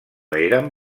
eren